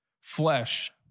Flesh